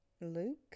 Luke